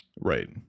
Right